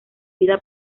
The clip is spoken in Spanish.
vida